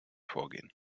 vorgehen